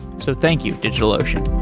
so thank you, digitalocean